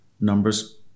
Numbers